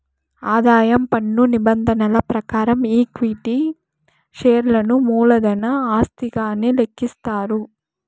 ఆదాయం పన్ను నిబంధనల ప్రకారం ఈక్విటీ షేర్లను మూలధన ఆస్తిగానే లెక్కిస్తారు